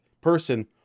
person